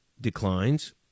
declines